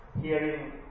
hearing